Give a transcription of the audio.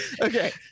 okay